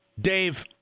Dave